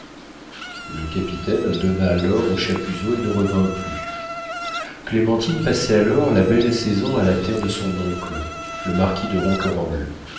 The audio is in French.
le capitaine donna l'or aux chapuzot et ne revint plus clémentine passait alors la belle saison à la terre de son oncle le marquis de